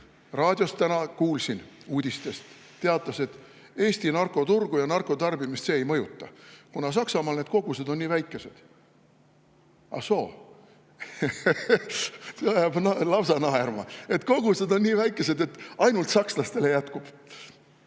raadiost täna kuulsin uudist – teatas, et Eesti narkoturgu ja narkotarbimist see ei mõjuta, kuna Saksamaal on need kogused nii väikesed. Ah soo! (Naerab.) See ajab lausa naerma: kogused on nii väikesed, et ainult sakslastele jätkub.